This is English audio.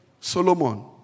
Solomon